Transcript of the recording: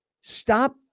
stop